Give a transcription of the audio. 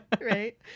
Right